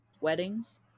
Weddings